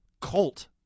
colt